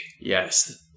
Yes